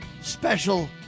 special